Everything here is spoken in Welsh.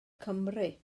cymru